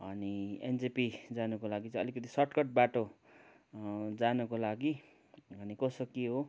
अनि एनजेपी जानुको लागि चाहिँ अलिकति सर्टकट बाटो जानको लागि अनि कसो के हो